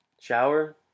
shower